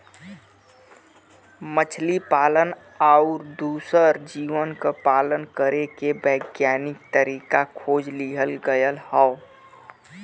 मछली पालन आउर दूसर जीव क पालन करे के वैज्ञानिक तरीका खोज लिहल गयल हौ